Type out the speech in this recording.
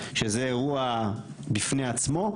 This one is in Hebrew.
שזה אירוע בפני עצמו,